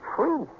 Free